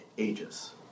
ages